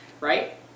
right